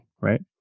right